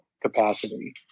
capacity